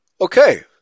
Okay